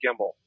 gimbal